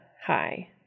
hi